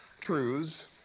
truths